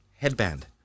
Headband